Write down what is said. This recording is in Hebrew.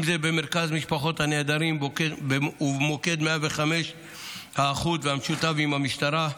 אם זה במרכז משפחות הנעדרים ובמוקד 105 האחוד והמשותף עם המשטרה,